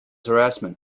harassment